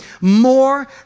more